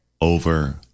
Over